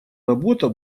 работа